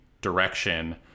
direction